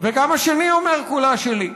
וגם השני אומר כולה שלי.